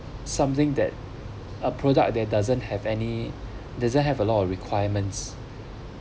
something that a product that doesn't have any doesn't have a lot of requirements